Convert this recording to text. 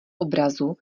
obrazu